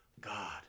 God